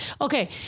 Okay